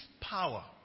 power